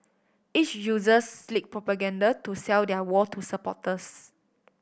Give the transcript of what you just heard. each uses slick propaganda to sell their war to supporters